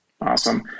Awesome